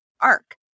arc